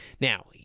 Now